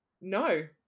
No